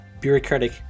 bureaucratic